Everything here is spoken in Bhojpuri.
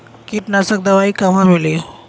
कीटनाशक दवाई कहवा मिली?